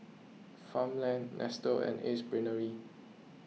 Farmland Nestle and Ace Brainery